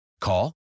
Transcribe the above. Call